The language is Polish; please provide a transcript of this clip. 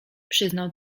przyznał